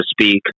speak